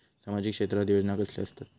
सामाजिक क्षेत्रात योजना कसले असतत?